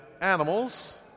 animals